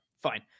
Fine